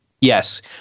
Yes